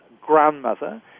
Grandmother